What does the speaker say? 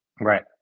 Right